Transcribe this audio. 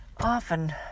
often